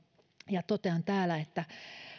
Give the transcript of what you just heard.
ja totean täällä että